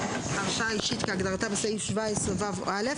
הרשאה אישית כהגדרתה בסעיף 17ו(א),